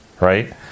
right